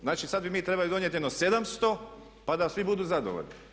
Znači, sad bi mi trebali donijeti jedno 700 pa da svi budu zadovoljni.